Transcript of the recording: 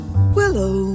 Willow